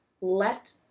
Let